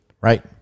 Right